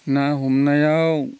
ना हमनायाव